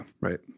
right